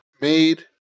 made